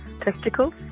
testicles